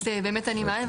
אז באמת אני מעין,